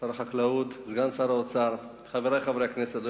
שר החקלאות, סגן שר האוצר, חברי חברי הכנסת,